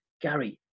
Gary